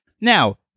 Now